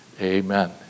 Amen